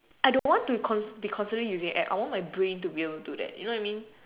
I don't want to consider be consider using that I want my brain to be able to do that do you know what I mean